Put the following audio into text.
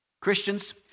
Christians